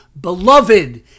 beloved